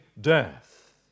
death